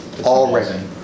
already